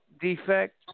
defect